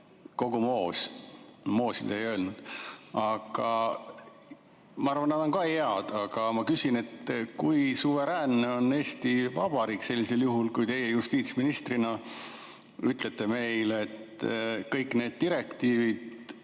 kogu moos. No "moos" te ei öelnud. Ma arvan ka, et need on head, aga ma küsin, kui suveräänne on Eesti Vabariik sellisel juhul, kui teie justiitsministrina ütlete meile, et kõik need direktiivid